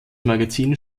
magazin